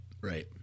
Right